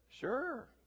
Sure